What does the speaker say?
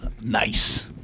Nice